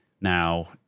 Now